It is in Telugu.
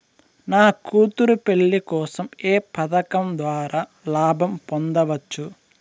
నా కూతురు పెళ్లి కోసం ఏ పథకం ద్వారా లాభం పొందవచ్చు?